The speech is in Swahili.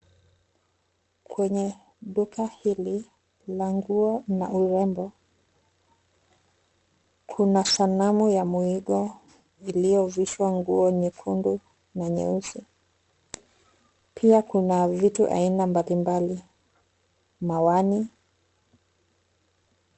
Kwenye duka hili la nguo na urembo, kuna sanamu ya mwigo iliyovalishwa nguo nyekundu na nyeusi. Pia kuna vitu aina mbalimbali, miwani.